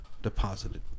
Deposited